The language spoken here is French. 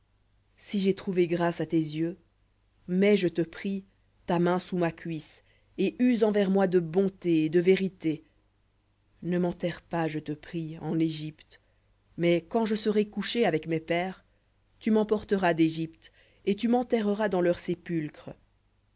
si j'ai trouvé grâce à tes yeux mets je te prie ta main sous ma cuisse et use envers moi de bonté et de vérité ne m'enterre pas je te prie en égypte mais quand je serai couché avec mes pères tu m'emporteras d'égypte et tu m'enterreras dans leur sépulcre